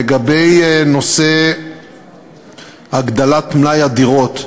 לגבי נושא הגדלת מלאי הדירות,